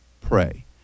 pray